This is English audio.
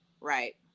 right